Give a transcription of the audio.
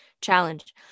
challenge